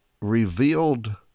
revealed